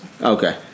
Okay